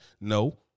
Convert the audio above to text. No